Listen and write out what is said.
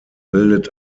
bildet